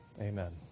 Amen